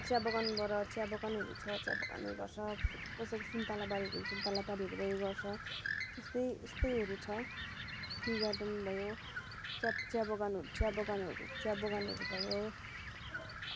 चिया बगानबाट चियाबगानहरू छ चिया बगान उयो गर्छ कसैको सुन्तला बारीहरू सुन्तला बारीहरू यो गर्छ यस्तै यस्तैहरू छ टी गार्डन भयो चिया चिया बगानहरू चिया बगानहरू चिया बगानहरू भयो